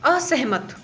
असैह्मत